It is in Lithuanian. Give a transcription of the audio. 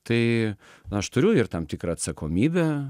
tai aš turiu ir tam tikrą atsakomybę